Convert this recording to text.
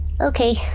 Okay